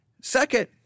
Second